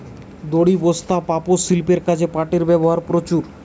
দড়ি, বস্তা, পাপোষ, শিল্পের কাজে পাটের ব্যবহার প্রচুর